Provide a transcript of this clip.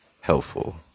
helpful